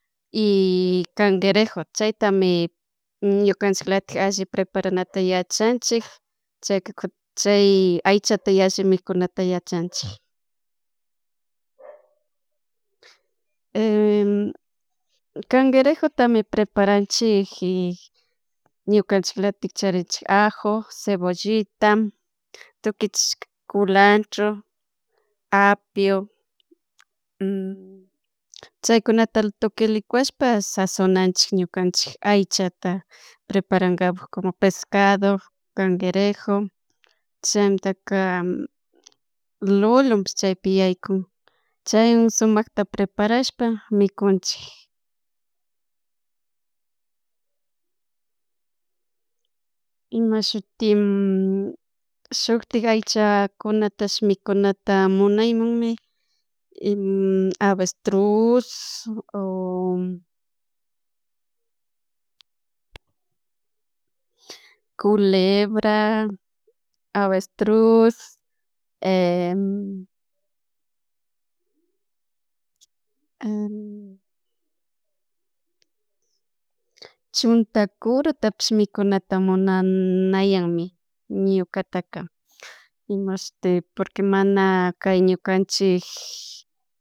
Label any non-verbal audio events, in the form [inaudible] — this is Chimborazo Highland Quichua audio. Y cangerejo chaytami ñukanchik latik alli preparanata yachanchik chayka [hesitation] chay aichata yalli mikunata yachanchik [hesitation] cangerejotami preparanchik [hesitation] ñukanchik latik charinchik ajo, cebollita, tukich culandro, apio, [hesitation] chaykunatatukuy licuashpa sazonanchik ñukanchik aychata preparankapak como pescado, cagerejo, chantaka lolonpi chaypi yaikun chay sumakta preparashpa mikunchik. Imashutin shutik aycha kunatash mikunata munuymunmi [hesitation] avestrus, o culebra, avestrus, [hesitation] [hesitation] chuntakuru tapish mikunata munan nayanmi ñukataka imashte porque mana kay ñukanchik